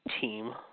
team